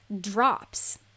drops